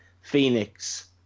Phoenix